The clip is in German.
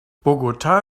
bogotá